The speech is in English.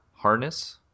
Harness